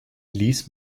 lies